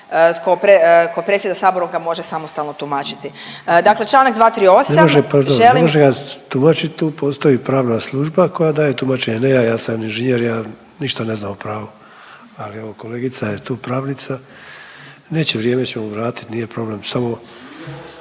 tko predsjeda Saborom ga može samostalno tumačiti. Dakle, članak 238. … …/Upadica Sanader: Ne može, pardon. Ne može ga tumačiti, tu postoji pravna služba koja daje tumačenje ne ja. Ja sam inženjer, ja ništa ne znam o pravu. Ali evo kolegica je tu pravnica, neće, vrijeme ćemo vratiti nije problem. Samo